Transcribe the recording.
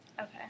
Okay